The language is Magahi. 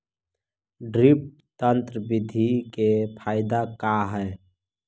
ड्रिप तन्त्र बिधि के फायदा का है?